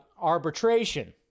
arbitration